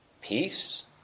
peace